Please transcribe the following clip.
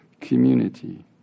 community